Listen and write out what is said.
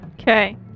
Okay